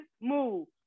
move